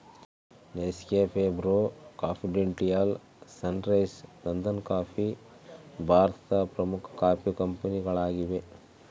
Nescafe, Bru, confidential, Sunrise, ನಂದನಕಾಫಿ ಭಾರತದ ಪ್ರಮುಖ ಕಾಫಿ ಕಂಪನಿಗಳಾಗಿವೆ